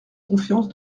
confiance